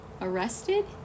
Arrested